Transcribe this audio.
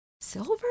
Silver